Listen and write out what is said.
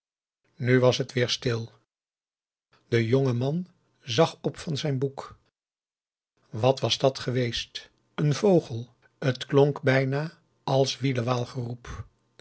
nu was het weer stil de jonge man zag op van zijn boek wat was dat geweest een vogel het klonk bijna als wielewaal geroep